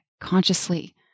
consciously